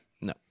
No